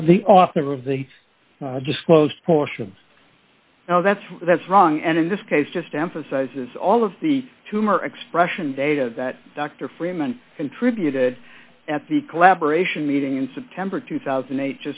the the author of the disclosed portions now that's that's wrong and in this case just emphasizes all of the tumor expression data that dr freeman contributed at the collaboration meeting in september two thousand